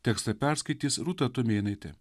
tekstą perskaitys rūta tumėnaitė